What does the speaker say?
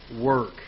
work